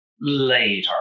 later